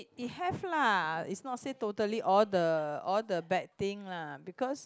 it have lah is not say totally all the all the bad thing lah because